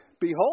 behold